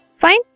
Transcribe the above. Fine